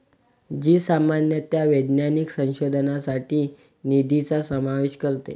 जी सामान्यतः वैज्ञानिक संशोधनासाठी निधीचा समावेश करते